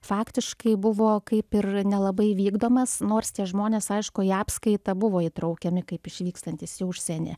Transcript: faktiškai buvo kaip ir nelabai vykdomas nors tie žmonės aišku į apskaitą buvo įtraukiami kaip išvykstantys į užsienį